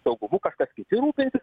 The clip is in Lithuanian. saugumu kažkas kiti rūpinsis